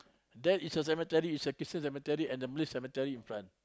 there is a cemetery it's a Christian cemetery and the Muslim cemetery in front